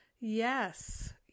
Yes